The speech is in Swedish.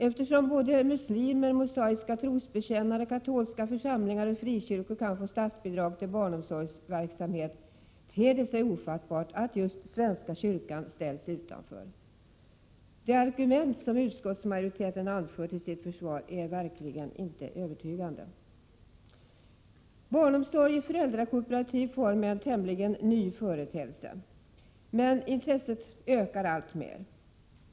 Eftersom både muslimer, mosaiska trosbekännare, katolska församlingar och frikyrkor kan få statsbidrag till barnomsorgsverksamhet, ter det sig ofattbart att just svenska kyrkan ställs utanför. De argument som utskottsmajoriteten anförde till sitt försvar är verkligen inte övertygande. Barnomsorg i föräldrakooperativ form är en tämligen ny företeelse. Intresset ökar dock alltmer.